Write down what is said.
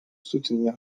soutenir